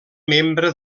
membre